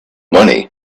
money